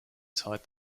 tied